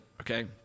okay